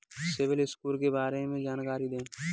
CIBIL score के बारे में जानकारी दें?